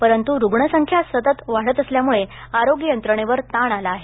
परंतु रुग्णसंख्या सतत वाढत असल्यामुळे आरोग्य यंत्रणेवर ताण आला आहे